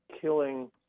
killing